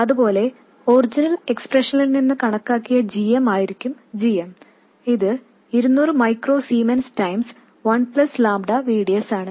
അതുപോലെ ഒറിജിനൽ എക്സ്പ്രഷനിൽ നിന്ന് കണക്കാക്കിയ g m ആയിരിക്കും g m ഇത് 200 micro siemens 1 ƛ V D S ആണ്